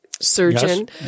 surgeon